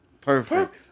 perfect